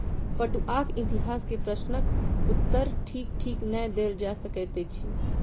पटुआक इतिहास के प्रश्नक उत्तर ठीक ठीक नै देल जा सकैत अछि